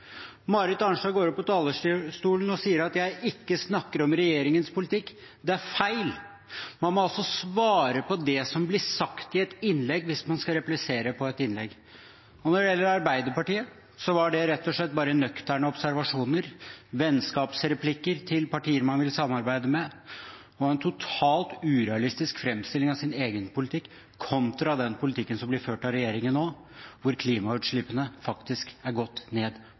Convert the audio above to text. Marit Arnstad går opp på talerstolen og sier at jeg ikke snakker om regjeringens politikk. Det er feil. Man må svare på det som blir sagt i et innlegg, hvis man skal replisere på et innlegg. Når det gjelder Arbeiderpartiet, var det rett og slett bare nøkterne observasjoner, vennskapsreplikker til partier man vil samarbeide med, og deres totalt urealistiske framstilling av egen politikk, kontra den politikken som blir ført av regjeringen nå, hvor klimautslippene faktisk har gått ned,